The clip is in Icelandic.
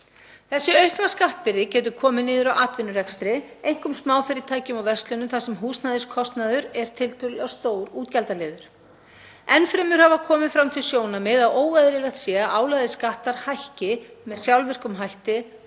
Þessi aukna skattbyrði getur komið niður á atvinnurekstri, einkum smáfyrirtækjum og verslunum þar sem húsnæðiskostnaður er tiltölulega stór útgjaldaliður. Enn fremur hafa komið fram þau sjónarmið að óeðlilegt sé að álagðir skattar hækki með sjálfvirkum hætti